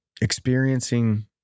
experiencing